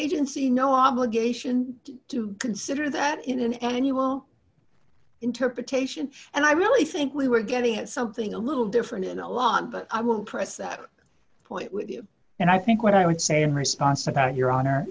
agency no obligation to consider that in an annual interpretation and i really think we were getting at something a little different in a lot but i won't press that point and i think what i would say in response to that your honor